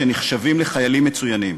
שנחשבים לחיילים מצוינים.